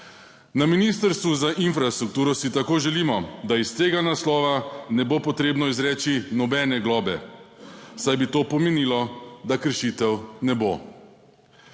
Na Ministrstvu za infrastrukturo si tako želimo, da iz tega naslova ne bo potrebno izreči nobene globe, saj bi to pomenilo, da kršitev ne bo.